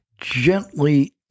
gently